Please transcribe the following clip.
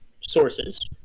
sources